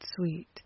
sweet